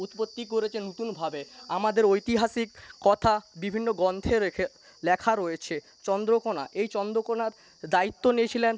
উৎপত্তি করেছে নতুনভাবে আমাদের ঐতিহাসিক কথা বিভিন্ন গ্রন্থে রেখে লেখা রয়েছে চন্দ্রকোণা এই চন্দ্রকোণার দায়িত্ব নিয়েছিলেন